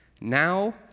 Now